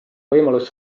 võimalus